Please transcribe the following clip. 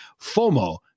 FOMO